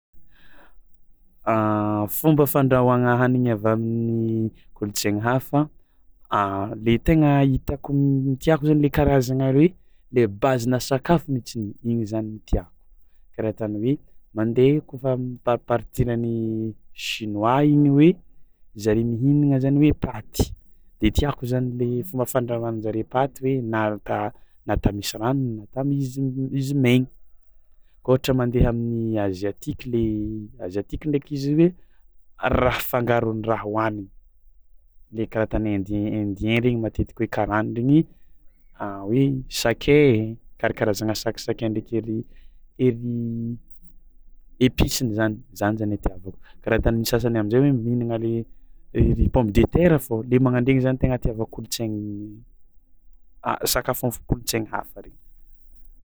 Fomba fandrahoàgna hanigny avy amin'ny kolontsaigny hafa le tegna hitako tiàko zany le karazagna r- hoe le base-na sakafo mihitsiny igny zany ny tiàko karaha tany hoe mandeha kofa am'parpartiran'ny chinois igny hoe zare mihinagna zany hoe paty de tiàko zany le fomba fandrahoan-jare paty hoe nata nata misy rano nata miziny izy maigny koa ôhatra mandeha amin'ny aziatiky le aziatiky ndraiky izy hoe raha afangaron'ny raha hohanigny le karaha tany indien indien regny matetiky hoe karana regny hoe sakay karakarazagna sakasakay ndraiky ery ery episiny zany, zany zany itiavako, karaha tany misasany amin-jay hoe mihinagna le iry pomme de terre fao le magnan-dregny zany tegna itiavako kolontsain'ny a- sakafo am'fo- kolontsaigny hafa regny.